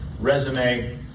resume